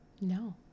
No